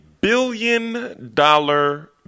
billion-dollar